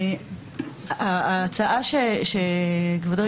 ההצעה שכבודו